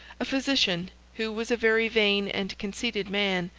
a physician, who was a very vain and conceited man,